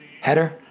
Header